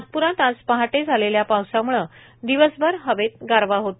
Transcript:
नागपूरात आज पहाटे झालेल्या पावसामुळं दिवसभर हवेत गारवा होता